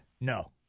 No